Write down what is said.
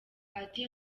ati